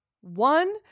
One